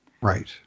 Right